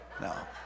No